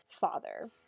father